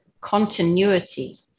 continuity